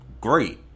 great